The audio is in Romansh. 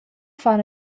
fan